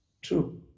true